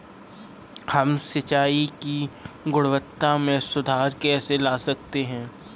हम सिंचाई की गुणवत्ता में सुधार कैसे ला सकते हैं?